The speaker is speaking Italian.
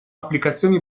applicazioni